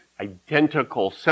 identical